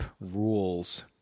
Rules